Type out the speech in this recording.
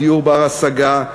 בדיור בר-השגה,